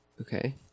Okay